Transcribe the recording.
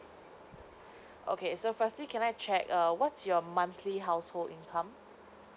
okay so firstly can I check err what's your monthly household income